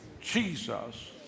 Jesus